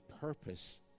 purpose